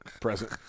present